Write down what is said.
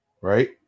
right